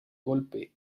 golpe